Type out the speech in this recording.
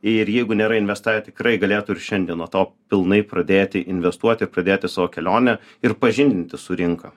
ir jeigu nėra investavę tikrai galėtų ir šiandien nuo to pilnai pradėti investuoti ir pradėti savo kelionę ir pažindintis su rinka